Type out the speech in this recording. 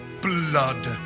Blood